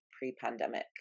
pre-pandemic